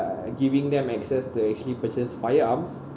giving them access to actually purchase firearms